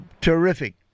Terrific